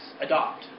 adopt